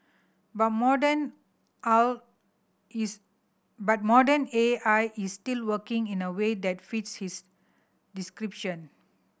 but modern is but modern A I is still working in a way that fits his description